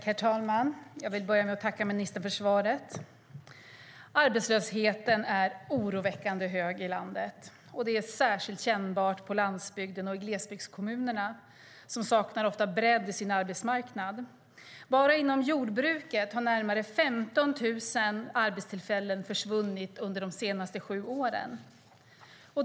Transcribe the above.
Herr talman! Jag vill börja med att tacka ministern för svaret. Arbetslösheten är oroväckande hög i landet. Det är särskilt kännbart på landsbygden och i glesbygdskommunerna som ofta saknar bredd i sin arbetsmarknad. Enbart inom jordbruket har närmare 15 000 arbetstillfällen försvunnit under de senaste sju åren.